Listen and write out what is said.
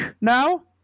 now